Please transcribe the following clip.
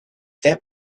that